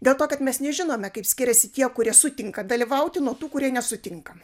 dėl to kad mes nežinome kaip skiriasi tie kurie sutinka dalyvauti nuo tų kurie nesutinka